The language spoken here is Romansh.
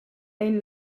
ein